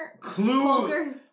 Clue